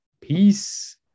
Peace